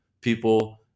people